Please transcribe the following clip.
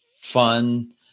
fun